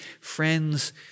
friends